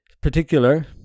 particular